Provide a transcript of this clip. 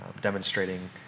demonstrating